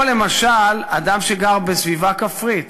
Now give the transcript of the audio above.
או למשל אדם שגר בסביבה כפרית,